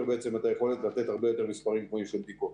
בעצם את היכולת לתת הרבה יותר מספרים גבוהים של בדיקות.